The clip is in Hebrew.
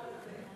מכובדי,